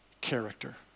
character